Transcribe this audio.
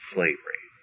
Slavery